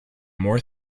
more